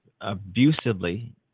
abusively